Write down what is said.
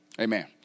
Amen